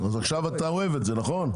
עכשיו אתה אוהב את זה, נכון?